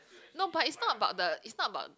no but is not about the is not about